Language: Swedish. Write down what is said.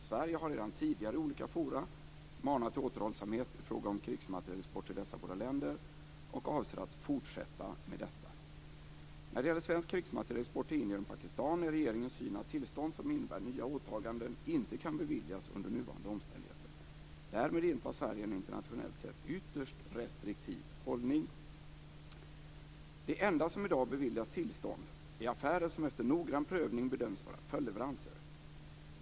Sverige har redan tidigare i olika forum manat till återhållsamhet i fråga om krigsmaterielexport till dessa båda länder och avser att fortsätta med detta När det gäller svensk krigsmaterielexport till Indien och Pakistan är regeringens syn att tillstånd som innebär nya åtaganden inte kan beviljas under nuvarande omständigheter. Därmed intar Sverige en internationellt sett ytterst restriktiv hållning. Det enda som i dag beviljas tillstånd är affärer som efter noggrann prövning bedöms vara följdleveranser.